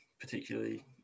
particularly